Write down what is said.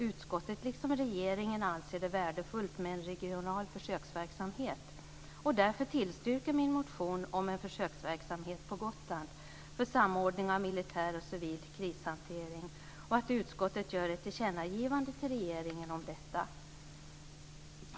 Utskottet liksom regeringen anser det värdefullt med en regional försöksverksamhet och tillstyrker därför min motion om en försöksverksamhet på Gotland för samordning av militär och civil krishantering samt gör ett tillkännagivande till regeringen om detta.